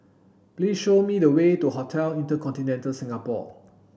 please show me the way to Hotel InterContinental Singapore